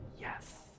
Yes